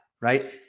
right